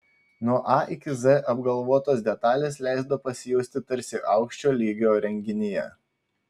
nuo a iki z apgalvotos detalės leido pasijusti tarsi aukščio lygio renginyje